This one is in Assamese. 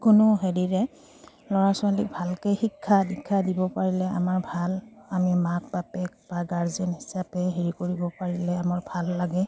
কোনো হেৰিৰে ল'ৰা ছোৱালীক ভালকৈ শিক্ষা দীক্ষা দিব পাৰিলে আমাৰ ভাল আমি মাক বাপেক বা গাৰ্জেন হিচাপে হেৰি কৰিব পাৰিলে আমাৰ ভাল লাগে